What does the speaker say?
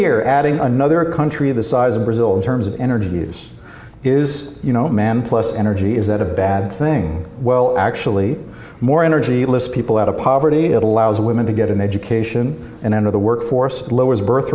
year adding another country the size of brazil in terms of energy use is you know man plus energy is that a bad thing well actually more energy lift people out of poverty it allows women to get an education and enter the workforce lowers birth